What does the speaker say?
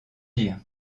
dire